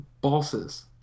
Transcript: bosses